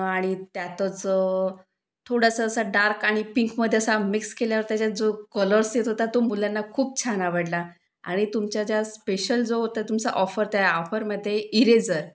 आणि त्यातच थोडासा असा डार्क आणि पिंकमध्ये असा मिक्स केल्यावर त्याच्यात जो कलर्स येत होता तो मुलांना खूप छान आवडला आणि तुमच्या ज्या स्पेशल जो होता तुमचा ऑफर त्या ऑफरमध्ये इरेझर